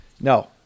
No